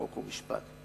חוק ומשפט.